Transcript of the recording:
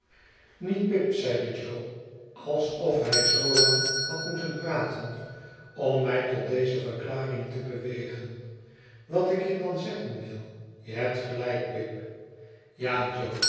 niet pip zeide jo alsof hij zoo lang had moeten praten om mij tot deze verklaring te bewegen wat ik je dan zeggen wil je hebt gelijk pip ja jo